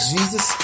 Jesus